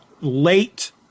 late